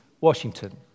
Washington